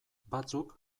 batzuk